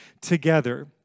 Together